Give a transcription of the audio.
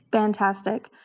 fantastic.